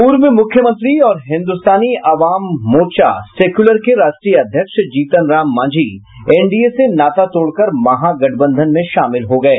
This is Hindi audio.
पूर्व मुख्यमंत्री और हिन्दुस्तानी आवाम मोर्चा सेक्यूलर के राष्ट्रीय अध्यक्ष जीतन राम मांझी एनडीए से नाता तोड़कर महागठबंधन में शामिल हो गये